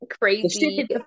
crazy